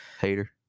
hater